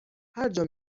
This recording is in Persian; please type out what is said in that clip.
هرجا